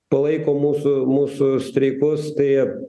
palaiko mūsų mūsų streikus tai